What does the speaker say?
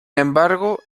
embargo